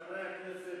חברי הכנסת,